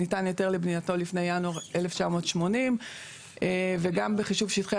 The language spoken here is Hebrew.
ניתן היתר לבנייתו לפני ינואר 1980. וגם בחישוב שטחי